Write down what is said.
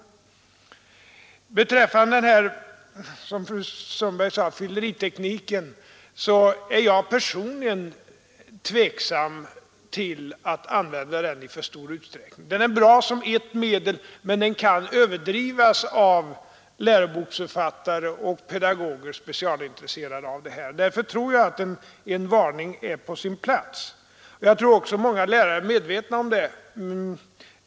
När det gäller den här fylleritekniken — som fru Sundberg uttryckte det — är jag personligen tveksam till att den används i för stor utsträckning. Den är bra som ett medel, men den kan överdrivas av läroboksförfattare och pedagoger som är specialintresserade av den metoden. Därför tror jag att en varning är på sin plats. Jag tror också många lärare är medvetna om det.